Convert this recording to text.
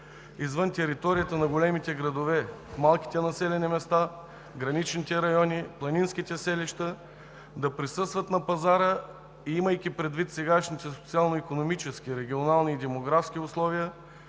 извън територията на големите градове – в малките населени места, граничните райони, планинските селища, да присъстват на пазара. И имайки предвид сегашните социално икономически, регионални и демографски условия,